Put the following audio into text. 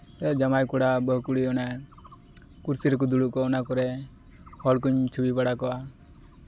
ᱡᱟᱢᱟᱭ ᱠᱚᱲᱟ ᱵᱟᱹᱦᱩ ᱠᱩᱲᱤ ᱚᱱᱮ ᱠᱩᱨᱥᱤ ᱨᱮᱠᱚ ᱫᱩᱲᱩᱵ ᱠᱚ ᱚᱱᱟ ᱠᱚᱨᱮ ᱦᱚᱲ ᱠᱚᱧ ᱪᱷᱚᱵᱤ ᱵᱟᱲᱟ ᱠᱚᱣᱟ